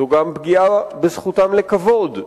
זו גם פגיעה בזכותם לכבוד,